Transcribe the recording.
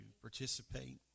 participate